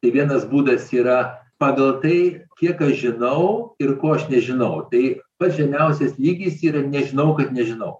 tai vienas būdas yra pagal tai kiek aš žinau ir ko aš nežinau tai pats žemiausias lygis yra nežinau kas nežinau